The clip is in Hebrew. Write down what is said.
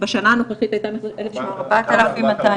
בשנה הנוכחית על 4,200,